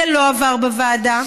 זה לא עבר בוועדה.